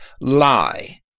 lie